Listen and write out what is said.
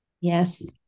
Yes